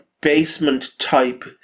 basement-type